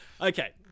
Okay